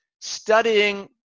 studying